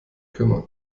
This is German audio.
kümmern